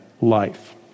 life